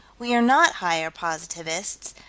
we are not higher positivists,